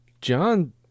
John